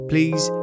please